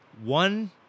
One